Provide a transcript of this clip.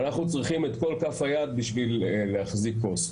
ואנחנו צריכים את כל כף היד בשביל להחזיק כוס.